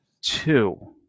two